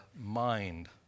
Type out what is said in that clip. mind